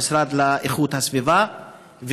המשרד לאיכות הסביבה,